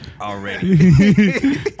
already